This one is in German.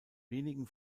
wenigen